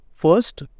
First